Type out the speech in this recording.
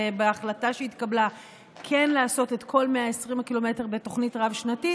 בהחלטה שהתקבלה כן לעשות את כל 120 הקילומטר בתוכנית רב-שנתית,